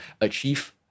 achieve